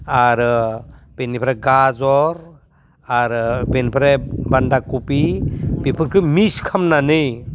आरो बेनिफ्राय गाजर आरो बेनिफ्राय बान्दाखबि बेफोरखो मिक्स खामनानै